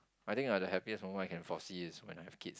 I think uh the happiest moment I can foresee is when I have kids